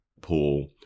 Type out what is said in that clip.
pool